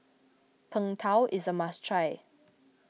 Png Tao is a must try